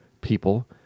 people